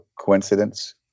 coincidence